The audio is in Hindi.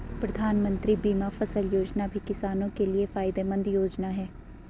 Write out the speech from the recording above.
प्रधानमंत्री बीमा फसल योजना भी किसानो के लिये फायदेमंद योजना है